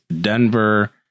Denver